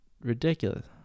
ridiculous